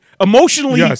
emotionally